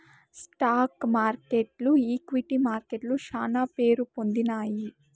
stock మార్కెట్లు equity మార్కెట్లు శానా పేరుపొందినాయి